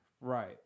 Right